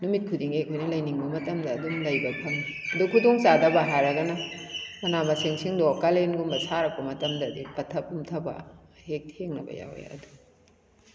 ꯅꯨꯃꯤꯠ ꯈꯨꯗꯤꯡꯒꯤ ꯑꯩꯈꯣꯏꯅ ꯂꯩꯅꯤꯡꯕ ꯃꯇꯝꯗ ꯑꯗꯨꯝ ꯂꯩꯕ ꯐꯪꯉꯤ ꯑꯗꯨ ꯈꯨꯗꯣꯡꯆꯥꯗꯕ ꯍꯥꯏꯔꯒꯅ ꯃꯅꯥ ꯃꯁꯤꯡꯁꯤꯡꯗꯣ ꯀꯥꯂꯦꯟꯒꯨꯝꯕ ꯁꯥꯔꯛꯄ ꯃꯇꯝꯗꯗꯤ ꯄꯠꯊ ꯄꯨꯝꯊꯕ ꯍꯦꯛ ꯊꯦꯡꯅꯕ ꯌꯥꯎꯋꯤ ꯑꯗꯨꯝ